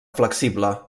flexible